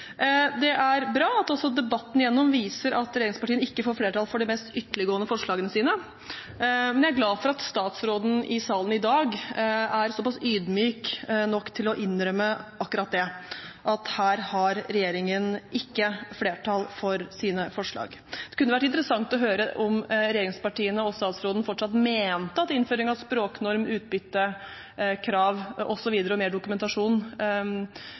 Det er bra at også debatten igjennom viser at regjeringspartiene ikke får flertall for de mest ytterliggående forslagene sine, men jeg er glad for at statsråden i salen i dag er såpass ydmyk at han innrømmer akkurat det – at her har regjeringen ikke flertall for sine forslag. Det kunne vært interessant å høre om regjeringspartiene og statsråden fortsatt mente at innføring av språknorm, utbytte, krav osv. og mer dokumentasjon